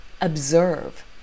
observe